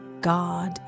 God